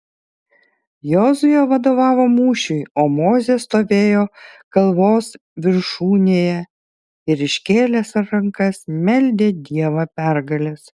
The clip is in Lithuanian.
jozuė vadovavo mūšiui o mozė stovėjo kalvos viršūnėje ir iškėlęs rankas meldė dievą pergalės